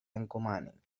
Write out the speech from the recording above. encomanin